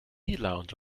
lounge